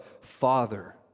Father